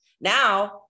Now